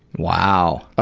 wow.